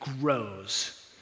grows